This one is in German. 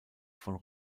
von